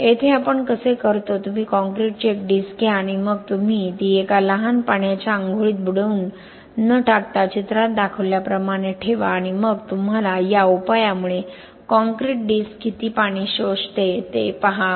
तर येथे आपण कसे करतो तुम्ही काँक्रीटची एक डिस्क घ्या आणि मग तुम्ही ती एका लहान पाण्याच्या आंघोळीत बुडवून न टाकता चित्रात दाखवल्याप्रमाणे ठेवा आणि मग तुम्हाला या उपायामुळे काँक्रीट डिस्क किती पाणी शोषते ते पहा